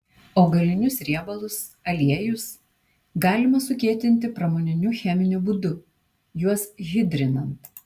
augalinius riebalus aliejus galima sukietinti pramoniniu cheminiu būdu juos hidrinant